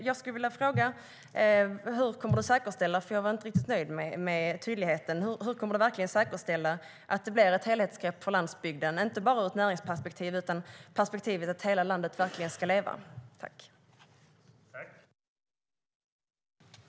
Jag skulle därför vilja fråga landsbygdsministern hur han tänker säkerställa att det blir ett helhetsgrepp för landsbygden, inte bara ur ett näringsperspektiv utan ur perspektivet att hela landet verkligen ska leva. Jag var inte riktigt nöjd med tydligheten där.